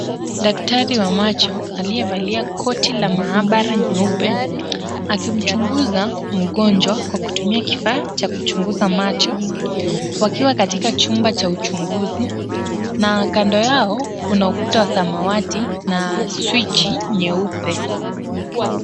Daktari wa macho aliyevalia koti la maabara nyeupe akimchunguza mgonjwa kwa kutumia kifaa cha kuchunguza macho, wakiwa katika chumba cha uchunguzi na kando yao kuna ukuta wa samawati na [c]switch[c] nyeupe.